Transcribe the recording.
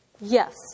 Yes